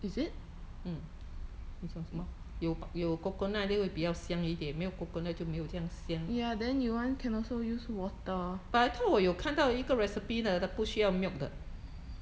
is it ya then you want can also use water